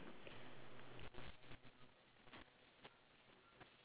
oh I have two so you can circle yours that part for potatoes